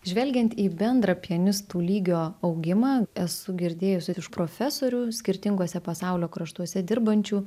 žvelgiant į bendrą pianistų lygio augimą esu girdėjusi iš profesorių skirtinguose pasaulio kraštuose dirbančių